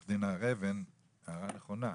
עו"ד הר אבן, הערה נכונה.